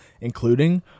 including